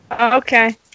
Okay